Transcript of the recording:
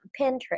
Pinterest